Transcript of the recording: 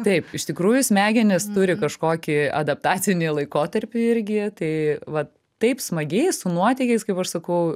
taip iš tikrųjų smegenys turi kažkokį adaptacinį laikotarpį irgi tai vat taip smagiai su nuotykiais kaip aš sakau